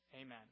Amen